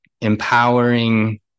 empowering